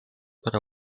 para